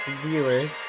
viewers